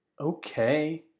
Okay